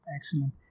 Excellent